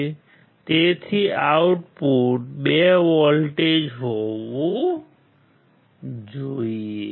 છે તેથી output 2 volt હોવું જોઈએ